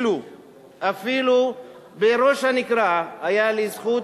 אפילו בראש-הנקרה היתה לי זכות,